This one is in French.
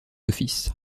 office